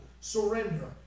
surrender